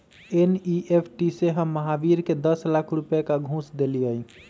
NEFT से हम महावीर के दस लाख रुपए का घुस देलीअई